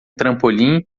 trampolim